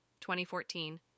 2014